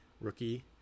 rookie